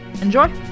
enjoy